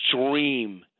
extreme –